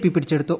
P പിടിച്ചെടുത്തു